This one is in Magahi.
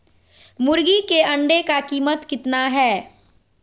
मुर्गी के अंडे का कीमत कितना है?